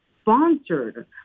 sponsored